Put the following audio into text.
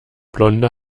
blonde